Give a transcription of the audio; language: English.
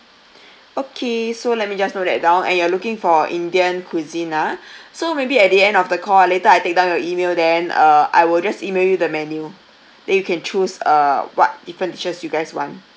okay so let me just note that down and you are looking for indian cuisine ah so maybe at the end of the call ah later I take down your email then uh I will just email you the menu then you can choose uh what different dishes you guys want